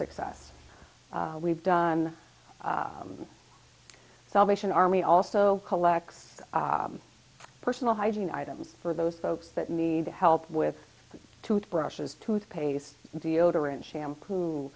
success we've done salvation army also collects personal hygiene items for those folks that need help with toothbrushes toothpaste deodorant shampoo